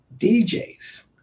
DJs